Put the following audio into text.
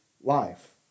life